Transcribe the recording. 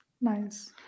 Nice